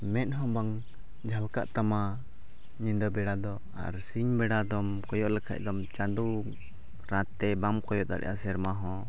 ᱢᱮᱫ ᱦᱚᱸ ᱵᱟᱝ ᱡᱷᱟᱞᱠᱟᱜ ᱛᱟᱢᱟ ᱧᱤᱫᱟᱹ ᱵᱮᱲᱟ ᱫᱚ ᱟᱨ ᱥᱤᱧ ᱵᱮᱲᱟ ᱫᱚᱢ ᱠᱚᱭᱚᱜ ᱞᱮᱠᱷᱟᱡ ᱫᱚᱢ ᱪᱟᱸᱫᱚ ᱨᱟᱛ ᱛᱮ ᱵᱟᱢ ᱠᱚᱭᱚᱜ ᱫᱟᱲᱮᱭᱟᱜᱼᱟ ᱥᱮᱨᱢᱟ ᱦᱚᱸ